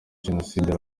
jenoside